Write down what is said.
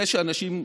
זה שאנשים,